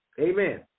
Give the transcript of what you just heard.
Amen